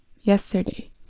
yesterday